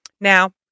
Now